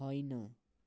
होइन